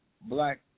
black